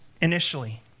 initially